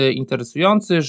interesujący